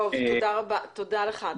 תודה לך.